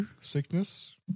sickness